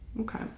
Okay